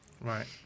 Right